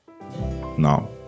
now